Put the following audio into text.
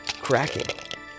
cracking